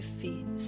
feet